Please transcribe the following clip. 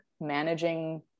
managing